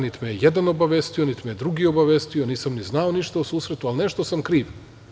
Niti me je jedan obavestio, niti me je drugi obavestio, nisam ni znao ništa o susretu, ali nešto sam kriv.